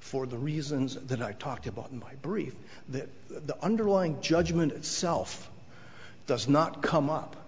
for the reasons that i talked about in my brief that the underlying judgment itself does not come up